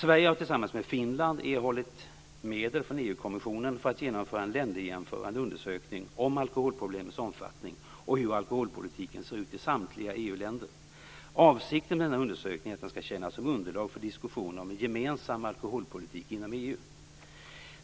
Sverige har tillsammans med Finland erhållit medel från EU-kommissionen för att genomföra en länderjämförande undersökning om alkoholproblemens omfattning och hur alkoholpolitiken ser ut i samtliga EU-länder. Avsikten med denna undersökning är att den skall tjäna som underlag för diskussioner om en gemensam alkoholpolitik inom EU.